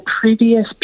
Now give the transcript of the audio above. previous